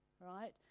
right